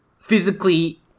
physically